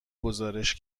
گزارش